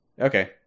Okay